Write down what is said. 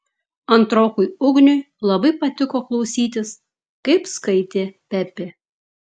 antrokui ugniui labai patiko klausytis kaip skaitė pepė